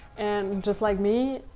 and just like me.